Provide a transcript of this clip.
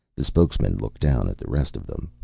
the spokesman looked down at the rest of them.